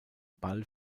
ball